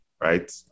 right